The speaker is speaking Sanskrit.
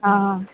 आम्